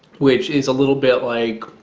which is a little bit like,